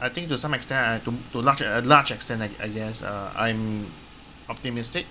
I think to some extent I to to large a large extent I I guess uh I'm optimistic